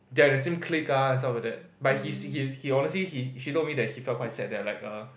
they are the same clique ah stuff like that but he he honestly he told me he felt quite sad I liked her